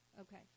Okay